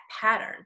pattern